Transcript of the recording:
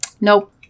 Nope